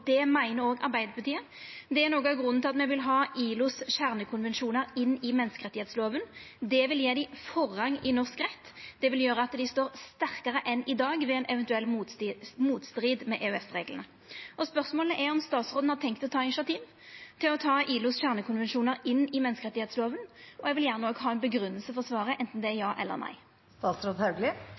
Det meiner òg Arbeidarpartiet. Det er noko av grunnen til at me vil ha ILOs kjernekonvensjonar inn i menneskerettsloven. Det vil gje dei forrang i norsk rett. Det vil gjera at dei står sterkare enn i dag ved ein eventuell motstrid med EØS-reglane. Spørsmålet er om statsråden har tenkt å ta initiativ til å ta ILOs kjernekonvensjonar inn i menneskerettsloven. Eg vil òg gjerne ha ei grunngjeving for svaret, anten det er ja eller